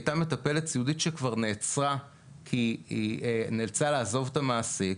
הייתה מטפלת סיעודית שכבר נעצרה כי היא נאלצה לעזוב את המעסיק,